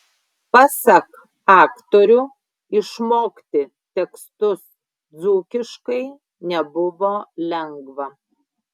pasak aktorių išmokti tekstus dzūkiškai nebuvo lengva